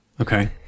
Okay